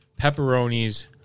pepperonis